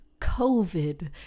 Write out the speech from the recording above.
covid